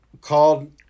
called